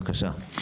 בבקשה.